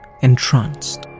entranced